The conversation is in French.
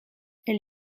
elle